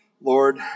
Lord